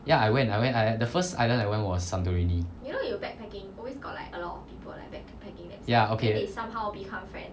ya I went I went I the first island I went was santorini